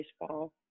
baseball